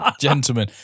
Gentlemen